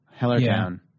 hellertown